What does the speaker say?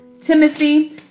Timothy